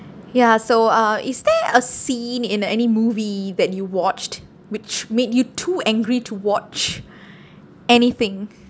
ya so uh is there a scene in uh any movie that you watched which made you too angry to watch anything